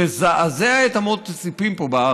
תזעזע את אמות הסיפים פה בארץ.